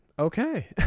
Okay